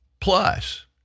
plus